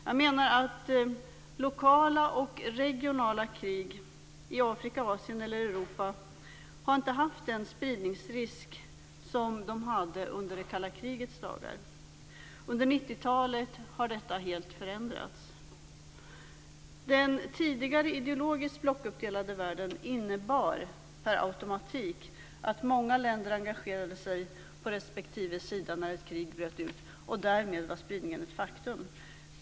Jag menar att lokala och regionala krig i Afrika, Asien eller Europa inte haft den spridningsrisk som de hade under det kalla krigets dagar. Under 90-talet har detta helt förändrats. Den tidigare ideologiskt blockuppdelade världen innebar per automatik att många länder engagerade sig på respektive sida när ett krig bröt ut, och därmed var spridningen ett faktum.